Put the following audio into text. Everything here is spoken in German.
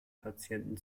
patienten